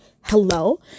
hello